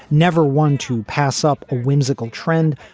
never one to pass up a whimsical trend.